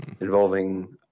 involving